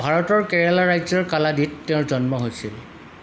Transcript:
ভাৰতৰ কেৰালা ৰাজ্যৰ কালাডীত তেওঁৰ জন্ম হৈছিল